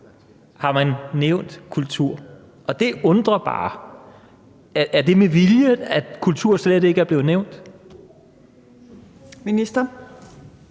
har man nævnt kultur. Og det undrer bare. Er det med vilje, at kultur slet ikke er blevet nævnt?